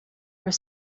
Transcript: were